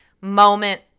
moment